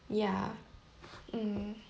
yeah mm